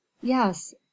Yes